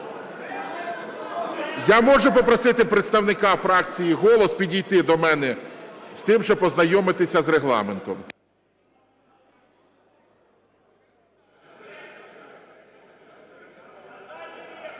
Я можу попросити представника фракції "Голос" підійти до мене з тим, щоб ознайомитися з Регламентом?